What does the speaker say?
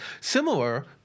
Similar